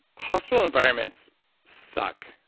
hospital environments suck.